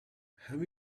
have